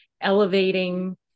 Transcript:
elevating